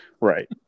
right